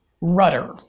rudder